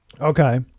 Okay